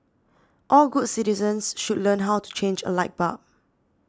all good citizens should learn how to change a light bulb